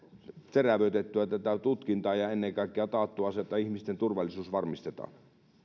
terävöitettyä tätä tutkintaa ja ennen kaikkea taattua se että ihmisten turvallisuus varmistetaan